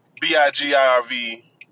B-I-G-I-R-V